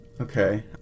okay